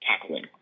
tackling